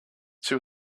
two